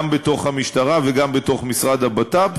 גם בתוך המשטרה וגם בתוך משרד הבט"פ,